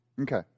Okay